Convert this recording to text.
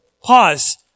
Pause